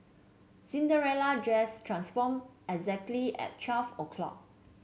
Cinderella dress transformed exactly at twelve o' clock